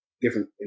different